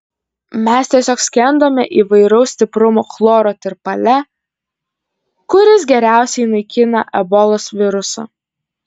mes tiesiog skendome įvairaus stiprumo chloro tirpale kuris geriausiai naikina ebolos virusą